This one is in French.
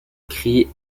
cri